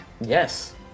Yes